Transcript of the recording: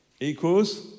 equals